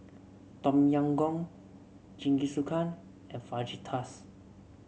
Tom Yam Goong Jingisukan and Fajitas